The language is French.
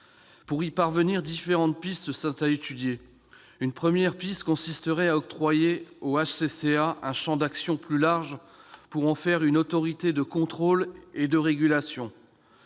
Pour y parvenir, différentes pistes sont à étudier. Une première piste consisterait à octroyer au HCCA un champ d'action plus large, afin d'en faire une autorité de contrôle et de régulation.